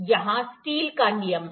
यहां स्टील का नियम है